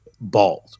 bald